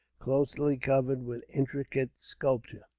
closely covered with intricate sculpture.